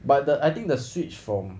but the I think the switch from